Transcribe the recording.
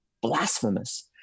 blasphemous